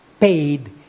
Paid